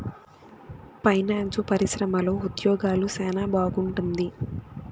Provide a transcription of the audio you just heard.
finance పరిశ్రమలో ఉద్యోగాలు సెనా బాగుంటుంది